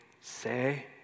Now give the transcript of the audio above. say